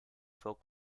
folk